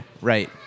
right